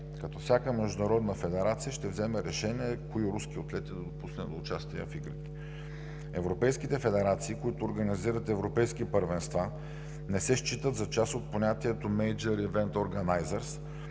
като всяка международна федерация вземе решение кои руски атлети да допусне до участие в игрите. Европейските федерации, които организират европейски първенства, не се считат за част от понятието „мениджър ивент